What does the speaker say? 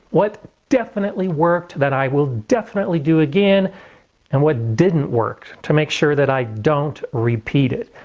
what definitely worked that i will definitely do again and what didn't work to make sure that i don't repeat it.